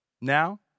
Now